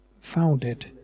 founded